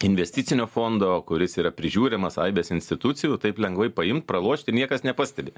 investicinio fondo kuris yra prižiūrimas aibės institucijų taip lengvai paimt pralošti niekas nepastebi